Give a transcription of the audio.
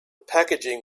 packaging